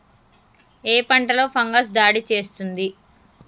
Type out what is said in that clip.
ఏ పంటలో ఫంగస్ దాడి చేస్తుంది?